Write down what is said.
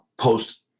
post